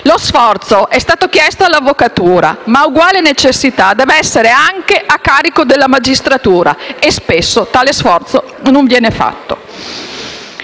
Lo sforzo è stato chiesto all'avvocatura, ma uguale necessità deve essere anche a carico della magistratura; e spesso tale sforzo non viene fatto.